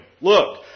Look